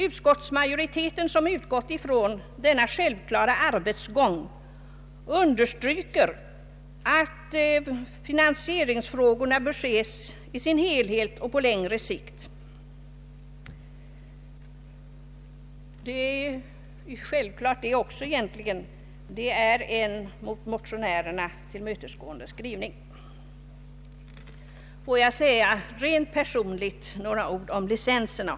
Utskottsmajoriteten, som utgått från denna självklara arbetsgång, understryker att finansieringsfrågorna bör ses i sin helhet och på längre sikt. Det är egentligen också självklart; det är en skrivning som tillmötesgår motionärerna. Får jag säga några ord om licenserna.